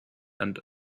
and